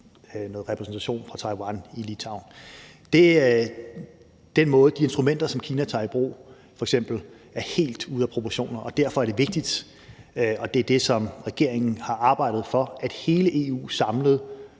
noget repræsentation fra Taiwan i Litauen, er helt ude af proportioner. De instrumenter, som Kina f.eks. tager i brug, er helt ude af proportioner, og derfor er det vigtigt – og det er det, som regeringen har arbejdet for – at hele EU samlet